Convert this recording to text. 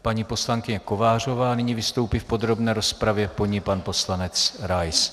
Paní poslankyně Kovářová nyní vystoupí v podrobné rozpravě, po ní pan poslanec Rais.